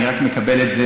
אני מקבל את זה.